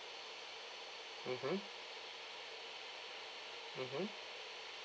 mmhmm mmhmm